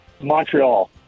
Montreal